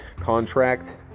contract